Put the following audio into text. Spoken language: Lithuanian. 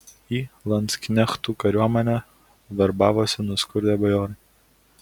į landsknechtų kariuomenę verbavosi nuskurdę bajorai